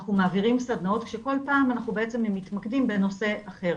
אנחנו מעבירים סדנאות כשכל פעם מתמקדים בנושא אחר.